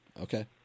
Okay